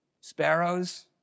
sparrows